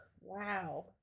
Wow